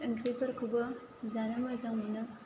ओंख्रिफोरखौबो जानो मोजां मोनो